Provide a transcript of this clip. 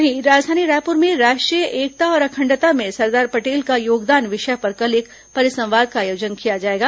वहीं राजधानी रायपुर में राष्ट्रीय एकता और अखंडता में सरदार पटेल का योगदान विषय पर कल एक परिसंवाद का आयोजन किया जाएगा